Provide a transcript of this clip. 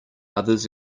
others